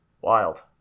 Wild